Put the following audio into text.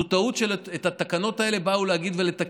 זו טעות שהתקנות האלה באות לתקן.